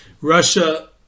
Russia